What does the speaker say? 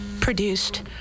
produced